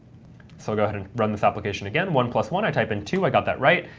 so go ahead and run this application again. one plus one. i type in two. i got that right.